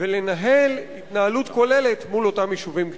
ולנהל התנהלות כוללת מול אותם יישובים קטנים.